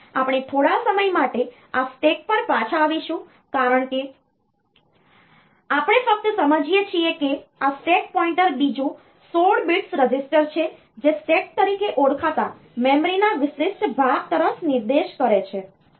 તેથી આપણે થોડા સમય માટે આ સ્ટેક પર પાછા આવીશું કારણ કે આપણે ફક્ત સમજીએ છીએ કે આ સ્ટેક પોઇન્ટર બીજું 16 bits રજિસ્ટર છે જે સ્ટેક તરીકે ઓળખાતા મેમરીના વિશિષ્ટ ભાગ તરફ નિર્દેશ કરે છે